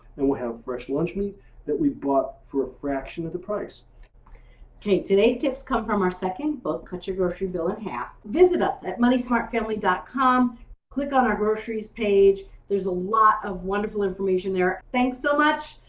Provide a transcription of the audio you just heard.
and we have fresh lunchmeat that we've bought for a fraction of the price okay, today's tips come from our second book, cut your grocery bill in half. visit us at moneysmartfamily dot com click on our groceries page. there's a lot of wonderful information there. thanks so much,